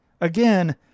again